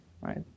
right